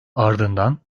ardından